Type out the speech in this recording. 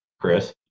Chris